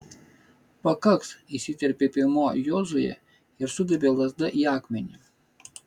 pakaks įsiterpė piemuo jozuė ir sudavė lazda į akmenį